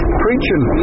preaching